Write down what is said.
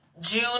june